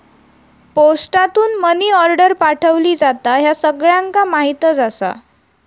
पोस्टासून money order पाठवली जाता, ह्या सगळ्यांका माहीतच आसा